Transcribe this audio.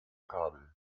kabel